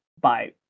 Bye